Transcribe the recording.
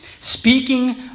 speaking